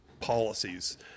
policies